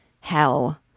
Hell